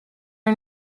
are